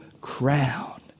crown